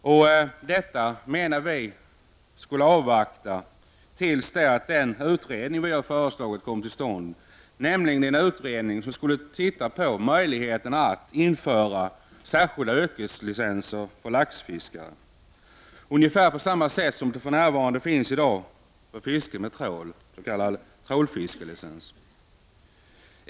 Vi menar att man skall avvakta tills den utredning som vi har föreslagit kommer till stånd, nämligen en utredning som skall undersöka möjligheterna att införa särskilda yrkeslicenser för laxfiskare — ungefär på samma sätt som det i dag finns licenser för fiske med trål, s.k. trålfiskelicenser.